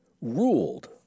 ruled